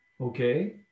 Okay